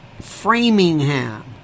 Framingham